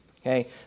Okay